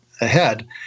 ahead